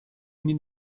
need